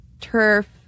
turf